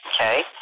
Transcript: Okay